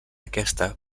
aquesta